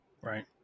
Right